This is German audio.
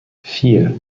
vier